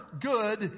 good